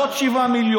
עוד 7 מיליון,